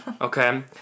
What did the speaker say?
okay